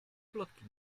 plotki